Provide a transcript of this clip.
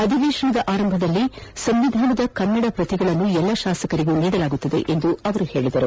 ಅಧಿವೇಶನ ಆರಂಭದಲ್ಲಿ ಸಂವಿಧಾನದ ಕನ್ನಡ ಪ್ರತಿಗಳನ್ನು ಎಲ್ಲ ಶಾಸಕರಿಗೂ ನೀಡಲಾಗುವುದು ಎಂದು ತಿಳಿಸಿದರು